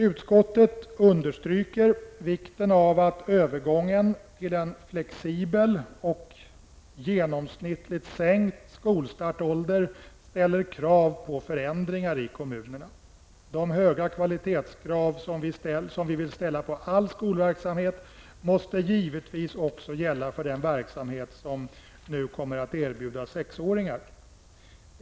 Utskottet understryker vikten av att övergången till en flexibel och genomsnittligt sänkt skolstartsålder ställer krav på förändringar i kommunerna. De höga kvalitetskrav som vi vill ställa på all skolverksamhet måste givetvis också gälla för den verksamhet som nu kommer att erbjudas sexåringar.